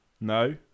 No